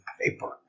paper